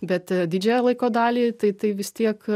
bet didžiąją laiko dalį tai tai vis tiek